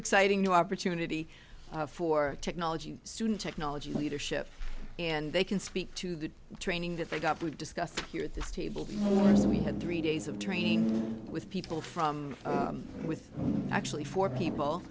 exciting new opportunity for technology student technology leadership and they can speak to the training that they got to discuss here at this table more so we had three days of training with people from with actually four people